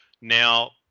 Now